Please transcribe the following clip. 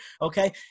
okay